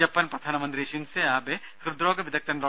Japan പ്രധാനമന്ത്രി Shinzo Abe ഹൃദ്രോഗ വിദഗ്ദ്ധൻ ഡോ